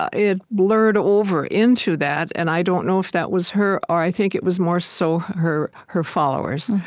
ah it blurred over into that, and i don't know if that was her, or i think it was more so her her followers.